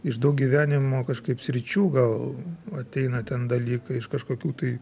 iš daug gyvenimo kažkaip sričių gal ateina ten dalykai iš kažkokių tai